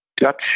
Dutch